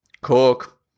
cook